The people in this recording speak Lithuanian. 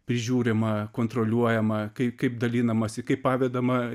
prižiūrima kontroliuojama kaip kaip dalinamasi kaip pavedama